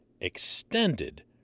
extended